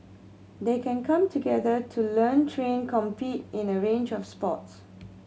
they can come together to learn train compete in a range of sports